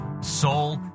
soul